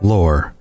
Lore